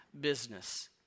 business